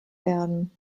werden